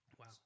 wow